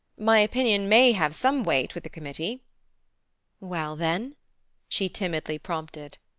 my opinion may have some weight with the committee well, then she timidly prompted.